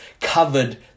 covered